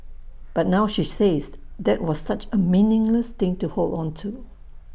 but now she says that was such A meaningless thing to hold on to